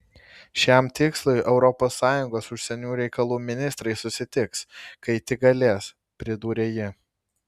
šiam tikslui europos sąjungos užsienio reikalų ministrai susitiks kai tik galės pridūrė ji